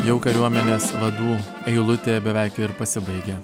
jau kariuomenės vadų eilutė beveik ir pasibaigė